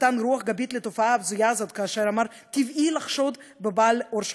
נתן רוח גבית לתופעה הבזויה הזאת כאשר אמר: טבעי לחשוד בבעל עור שחור.